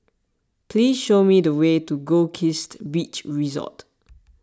please show me the way to Goldkist Beach Resort